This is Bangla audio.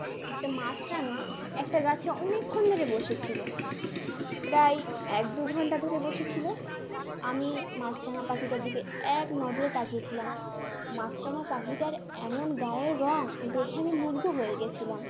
একটা মাছরাঙা একটা গাছে অনেকক্ষণ ধরে বসেছিল প্রায় এক দু ঘণ্টা ধরে বসেছিল আমি মাছরাঙা পাখিটার দিকে এক নজরে তাকিয়েছিলাম মাছরাঙা পাখিটার এমন গায়ের রঙ দেখে আমি মুগ্ধ হয়ে গিয়েছিলাম